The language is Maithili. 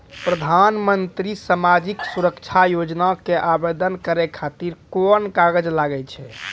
प्रधानमंत्री समाजिक सुरक्षा योजना के आवेदन करै खातिर कोन कागज लागै छै?